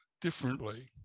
differently